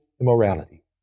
immorality